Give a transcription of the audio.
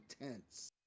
intense